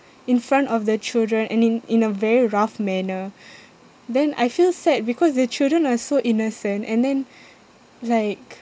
in front of the children and in in a very rough manner then I feel sad because the children are so innocent and then like